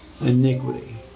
iniquity